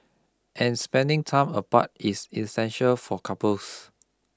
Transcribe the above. and spending time apart is essential for couples